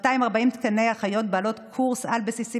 240 תקני אחיות בעלות קורס על-בסיסי